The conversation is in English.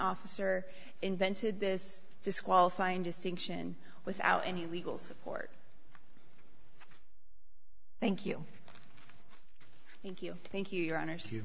officer invented this disqualifying distinction without any legal support thank you thank you thank you your hon